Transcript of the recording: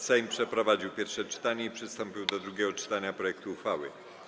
Sejm przeprowadził pierwsze czytanie i przystąpił do drugiego czytania projektu uchwały.